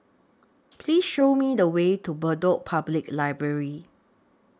Please Show Me The Way to Bedok Public Library